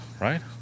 right